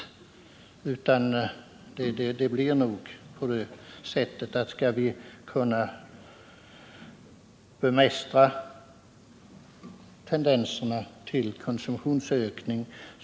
Beskattningen är ett av de instrument vi måste använda för att bemästra tendenserna till konsumtionsökning.